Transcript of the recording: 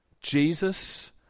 Jesus